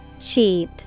Cheap